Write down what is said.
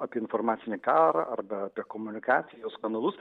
apie informacinį karą arba apie komunikacijos kanalus